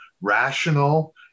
rational